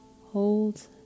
hold